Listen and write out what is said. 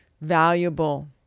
valuable